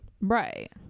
Right